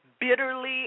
bitterly